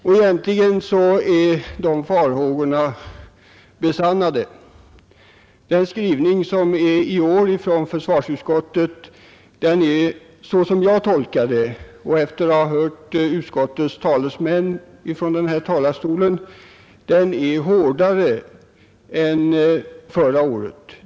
Och egentligen är dessa farhågor besannade. Skrivningen är i år, som jag tolkar den och som jag ser saken efter att ha hört försvarsutskottets talesmän från denna talarstol, hårdare än förra året.